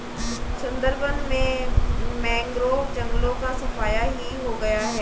सुंदरबन में मैंग्रोव जंगलों का सफाया ही हो गया है